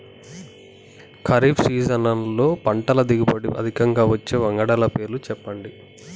ఖరీఫ్ సీజన్లో పంటల దిగుబడి అధికంగా వచ్చే వంగడాల పేర్లు చెప్పండి?